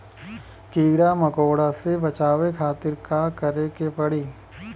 कीड़ा मकोड़ा से बचावे खातिर का करे के पड़ी?